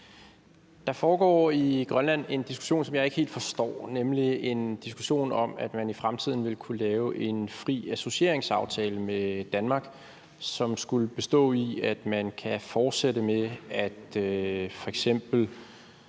Der foregår i Grønland en diskussion, som jeg ikke helt forstår, nemlig en diskussion om, at man i fremtiden vil kunne lave en aftale om fri associering med Danmark, som skulle bestå i, at man kan fortsætte med f.eks.